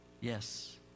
yes